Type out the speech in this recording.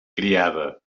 criada